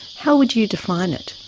how would you define it?